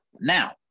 Now